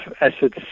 assets